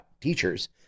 teachers